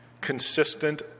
consistent